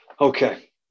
Okay